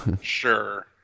Sure